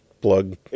plug